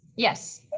yes.